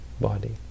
body